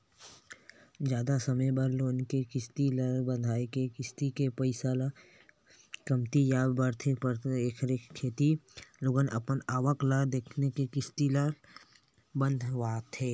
जादा समे बर लोन के किस्ती ल बंधाए ले किस्ती के पइसा ल कमती देय बर परथे एखरे सेती लोगन अपन आवक ल देखके किस्ती ल बंधवाथे